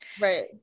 right